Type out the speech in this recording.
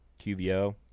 QVO